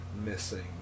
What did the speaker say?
missing